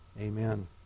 amen